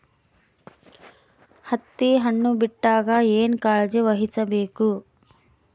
ಹತ್ತಿ ಹಣ್ಣು ಬಿಟ್ಟಾಗ ಏನ ಕಾಳಜಿ ವಹಿಸ ಬೇಕು?